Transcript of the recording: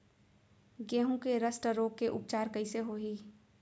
गेहूँ के रस्ट रोग के उपचार कइसे होही?